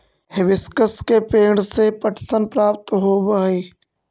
hibiscus के पेंड़ से पटसन प्राप्त होव हई